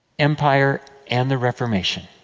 empire, and the reformation.